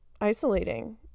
isolating